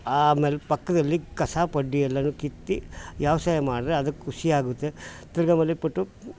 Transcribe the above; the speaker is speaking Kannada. ಆಮೇಲೆ ಪಕ್ಕದಲ್ಲಿ ಕಸ ಪಡ್ಡಿ ಎಲ್ಲನೂ ಕಿತ್ತು ವ್ಯವಸಾಯ ಮಾಡ್ರೆ ಅದಕ್ಕೆ ಖುಷಿಯಾಗುತ್ತೆ ತಿರ್ಗಿ ಆಮೇಲೆ ಪಟು